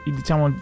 diciamo